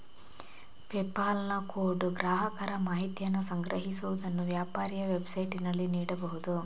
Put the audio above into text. PayPal ನ code ಗ್ರಾಹಕರ ಮಾಹಿತಿಯನ್ನು ಸಂಗ್ರಹಿಸುವುದನ್ನು ವ್ಯಾಪಾರಿಯ ವೆಬ್ಸೈಟಿನಲ್ಲಿ ನೀಡಬಹುದು